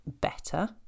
better